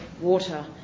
water